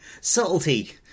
subtlety